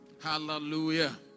Hallelujah